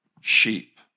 sheep